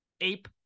ape